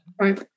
right